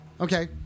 Okay